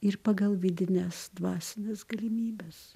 ir pagal vidines dvasines galimybes